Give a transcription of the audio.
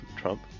Trump